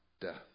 death